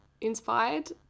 inspired